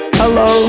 hello